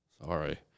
Sorry